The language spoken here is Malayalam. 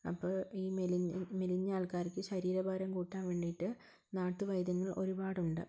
അപ്പോൾ ഈ മെലിഞ്ഞ മെലിഞ്ഞ ആൾക്കാർക്ക് ശരീരഭാരം കൂട്ടാൻ വേണ്ടിയിട്ട് നാട്ടുവൈദ്യങ്ങൾ ഒരുപാടുണ്ട്